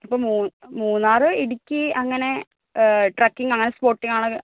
ഇപ്പം മൂന്നാർ ഇടുക്കി അങ്ങനെ ട്രെക്കിങ്ങ് അങ്ങനെ സ്പോട്ടിങ്ങ് ആണ്